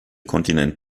kontinent